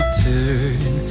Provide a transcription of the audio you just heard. turn